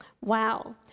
Wow